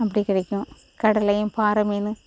அப்படி கிடைக்கும் கடலேயும் பாறை மீன்